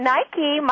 Nike